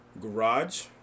garage